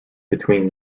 between